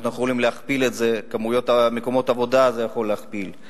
אנחנו יכולים להכפיל את זה, זה יכול להכפיל את